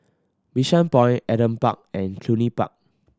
Bishan Point Adam Park and Cluny Park